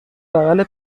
بغل